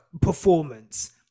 performance